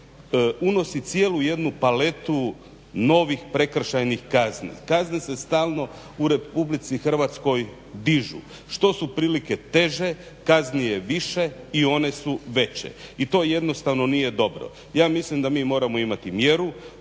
unosi cijelu jednu paletu novih prekršajnih kazni. Kazne se stalno u RH dižu, što su prilike teže, kazni je više i one su veće i to jednostavno nije dobro. ja mislim da mi moramo imati mjeru,